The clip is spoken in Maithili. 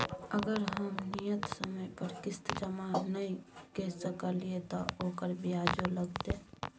अगर हम नियत समय पर किस्त जमा नय के सकलिए त ओकर ब्याजो लगतै?